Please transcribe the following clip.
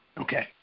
Okay